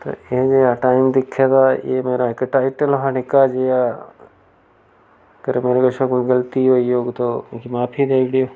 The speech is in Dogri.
ते एह् नेहा टैम दिक्खे दा एह् मेरा इक टाईटल हा निक्का जेहा अगर मेरे कशा कोई गलती होई होग तो मिगी माफी देई ओड़ेओ